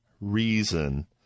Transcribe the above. reason